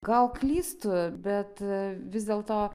gal klystu bet vis dėlto